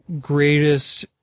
greatest